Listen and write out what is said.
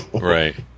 Right